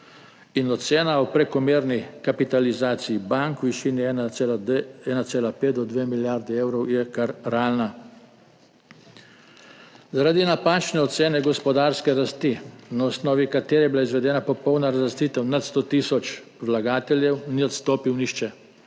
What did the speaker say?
%. Ocena o prekomerni kapitalizaciji bank v višini 1,5 do dve milijardi evrov je kar realna. Zaradi napačne ocene gospodarske rasti, na osnovi katere je bila izvedena popolna razlastitev nad 100 tisoč vlagateljev, ni odstopil nihče,